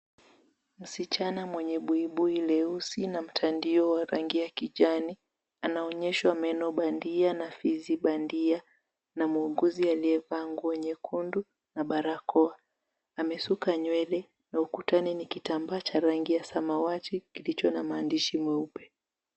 Msichana mwenye buibui leusi na mtandio wa rangi ya kijani anaonyeshwa meno bandia na fizi bandia na muuguzi aliyevaa nguo nyekundu na barakoa. Amesuka nywele na ukutani ni kitambaa cha rangi ya samawati kilicho na maandishi meupe.